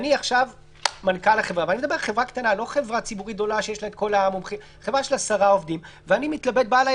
אני מנכ"ל חברה קטנה של עשרה עובדים ובא אליי